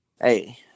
Hey